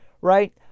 right